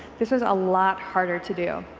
this was a lot harder to do.